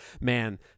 man